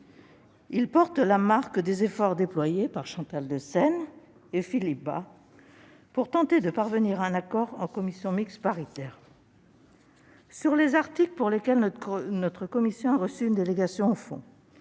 porte la marque des efforts déployés par Chantal Deseyne et Philippe Bas pour tenter de parvenir à un accord en commission mixte paritaire. Sur les articles pour lesquels notre commission a reçu une délégation au fond-